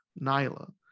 Nyla